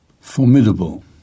Formidable